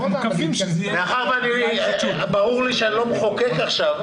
מאחר וברור לי שאני לא מחוקק עכשיו,